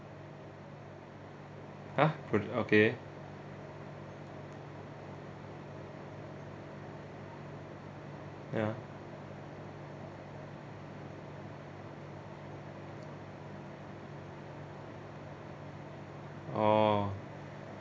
!huh! okay ya oh